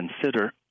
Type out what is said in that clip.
consider